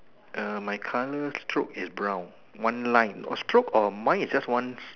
my colour stroke is brown one line stroke or mine is just one